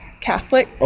Catholic